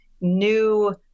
new